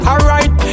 Alright